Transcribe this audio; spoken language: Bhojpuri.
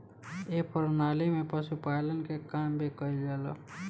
ए प्रणाली में पशुपालन के काम भी कईल जाला